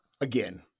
again